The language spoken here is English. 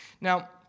Now